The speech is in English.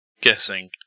guessing